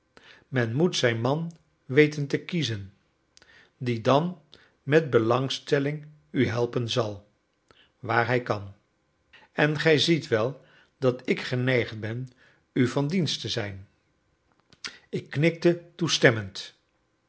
men moet zijn man weten te kiezen die dan met belangstelling u helpen zal waar hij kan en gij ziet wel dat ik geneigd ben u van dienst te zijn ik knikte toestemmend